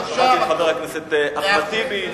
שמעתי את חבר הכנסת אחמד טיבי,